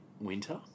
winter